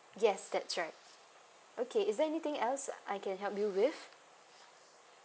yes that's right okay is there anything else I can help you with